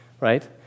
right